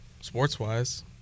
sports-wise